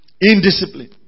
Indiscipline